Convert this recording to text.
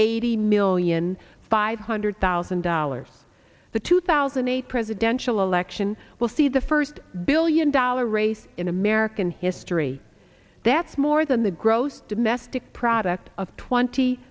eighty million five hundred thousand dollars the two thousand and eight presidential election will see the first billion dollar race in american history that's more than the gross domestic product of twenty